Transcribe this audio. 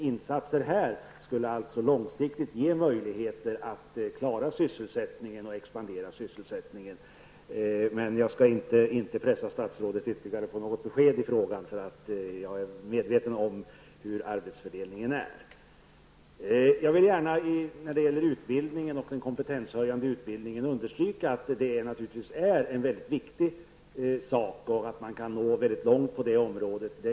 Insatser här skulle långsiktigt ge möjligheter att upprätthålla och expandera sysselsättningen. Men jag skall inte pressa statsrådet ytterligare på något besked i den frågan. Jag är medveten om hurdan arbetsfördelningen är. Jag vill understryka att den kompetenshöjande utbildningen är mycket viktigt och att man kan nå mycket långt på det området.